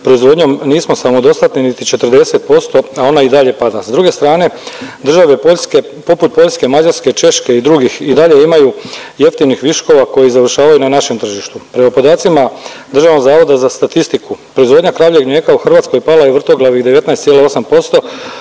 proizvodnjom nismo samodostatni niti 40%, a ona i dalje pada. S druge strane države Poljske, poput Poljske, Mađarske, Češke i drugih i dalje imaju jeftinih viškova koji završavaju na našem tržištu. Prema podacima Državnog zavoda za statistiku proizvodnja kravljeg mlijeka u Hrvatskoj pala je vrtoglavih 19,8%